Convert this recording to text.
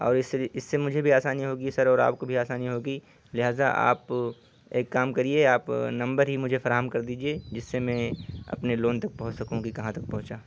اور اس سے مجھے بھی آسانی ہوگی سر اور آپ کو بھی آسانی ہوگی لہٰذا آپ ایک کام کرئیے آپ نمبر ہی مجھے فراہم کر دیجیے جس سے میں اپنے لون تک پہنچ سکوں کہ کہاں تک پہنچا